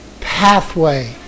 pathway